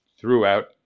throughout